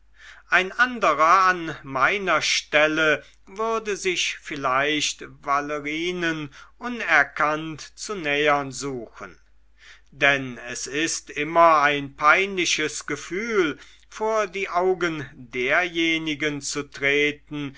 ein anderer an meiner stelle würde sich vielleicht valerinen unerkannt zu nähern suchen denn es ist immer ein peinliches gefühl vor die augen derjenigen zu treten